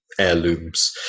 heirlooms